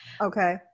okay